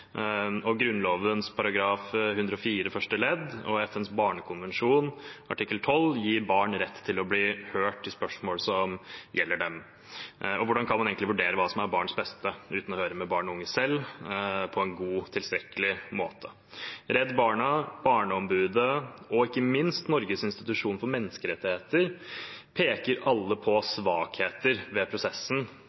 104 første ledd og FNs barnekonvensjon artikkel 12 gir barn rett til å bli hørt i spørsmål som gjelder dem. Hvordan kan man egentlig vurdere hva som er barns beste, uten å høre med barn og unge selv på en god og tilstrekkelig måte? Redd Barna, Barneombudet og ikke minst Norges institusjon for menneskerettigheter peker alle på svakheter ved prosessen